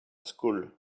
school